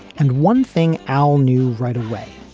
and one thing al knew right away,